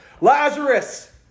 Lazarus